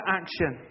action